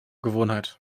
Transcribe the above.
gewohnheit